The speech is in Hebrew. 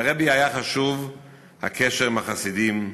לרעבע היה חשוב הקשר עם החסידים,